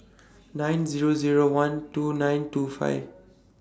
nine Zero Zero one two nine two five